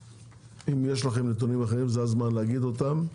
אם יש לכם נתונים אחרים, זה הזמן להגיד אותם.